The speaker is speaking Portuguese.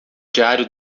diário